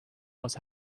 was